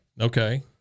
Okay